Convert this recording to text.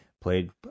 played